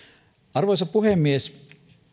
arvoisa puhemies